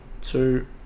Two